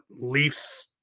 Leafs